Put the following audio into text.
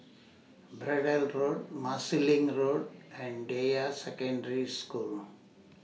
Braddell Road Marsiling Road and Deyi Secondary School